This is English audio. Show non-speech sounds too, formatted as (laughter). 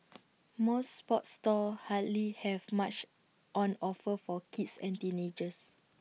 (noise) most sports stores hardly have much on offer for kids and teenagers